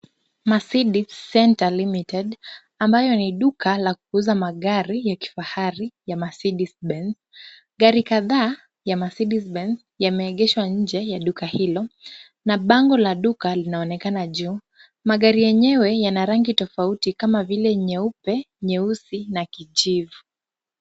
Mercedes Center Limited ambayo ni duka la kuuza magari ya kifahari ya Mercedes Benz. Gari kadhaa ya Mercedes Benz yameegeshwa nje ya duka hilo na bango la duka linaonekana juu. Magari yenyewe yana rangi tofauti kama vile nyeupe, nyeusi na kijivu.